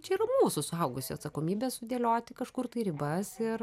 čia yra mūsų suaugusių atsakomybė sudėlioti kažkur tai ribas ir